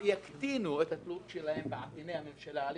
יקטינו את התלות שלהן בעטיני הממשלה,